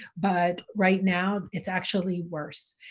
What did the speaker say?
but right now it's actually worse.